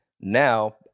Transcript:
Now